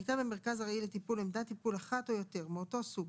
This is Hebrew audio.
הייתה במרכז ארעי לטיפול עמדת טיפול אחת או יותר מאותו סוג